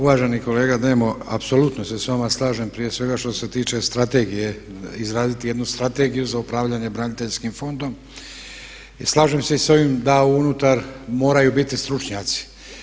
Uvaženi kolega Demo, apsolutno se sa vama slažem prije svega što se tiče strategije, izraditi jednu Strategiju za upravljanje braniteljskim fondom i slažem se i s ovim da unutar moraju biti stručnjaci.